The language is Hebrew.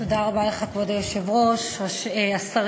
במוסדות על-תיכוניים (תיקון) עבר.